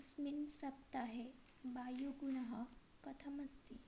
अस्मिन् सप्ताहे वायुगुणः कथमस्ति